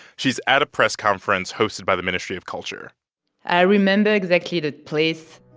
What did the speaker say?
she's at a press conference hosted by the ministry of culture i remember exactly the place.